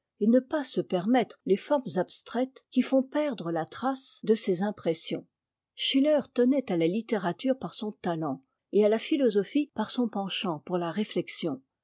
et ne pas se permettre les formes abstraites qui font perdre la trace de ces impressions schiller tenait à la littératuré par son talent et à ta philosophie par son penchant pour la réflexion